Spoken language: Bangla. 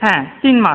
হ্যাঁ তিন মাস